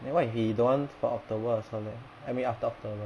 then what if he don't want for october also leh I mean after october